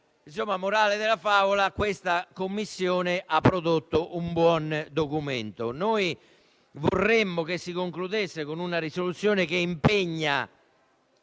La morale della favola è che questa Commissione ha prodotto un buon documento. Noi vorremmo che si concludesse con una risoluzione che impegni